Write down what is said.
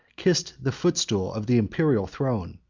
kissed the footstool of the imperial throne.